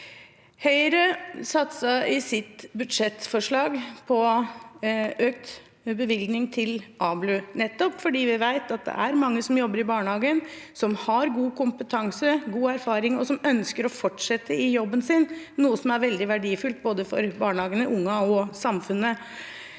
Høyre satset i sitt budsjettforslag på økt bevilgning til ABLU, nettopp fordi vi vet at det er mange som jobber i barnehagen, som har god kompetanse og god erfaring og ønsker å fortsette i jobben sin, noe som er veldig verdifullt, for både barnehagene, ungene og samfunnet.